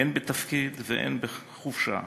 הן בתפקיד והן בחופשה,